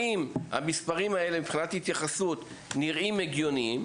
האם המספרים האלה מבחינת התייחסות נראים הגיוניים,